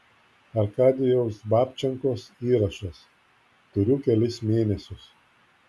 arkadijaus babčenkos įrašas turiu kelis mėnesius